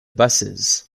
buses